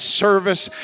service